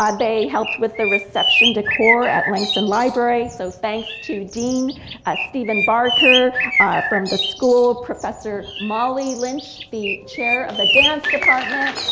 um they helped with the reception decor at langston library. so thanks to dean steven barker ah from the school, professor molly lynch the chair of the dance department.